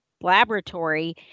laboratory